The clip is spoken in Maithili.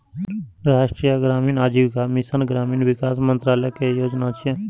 राष्ट्रीय ग्रामीण आजीविका मिशन ग्रामीण विकास मंत्रालय केर योजना छियै